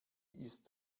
ist